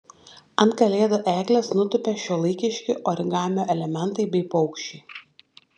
ant kalėdų eglės nutūpė šiuolaikiški origamio elementai bei paukščiai